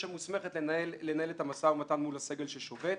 שמוסמכת לנהל את המשא ומתן מול הסגל ששובת.